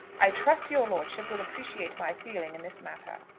i trust your lordship will appreciate my feeling in this matter.